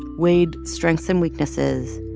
weighed strengths and weaknesses,